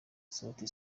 sauti